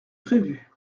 prévu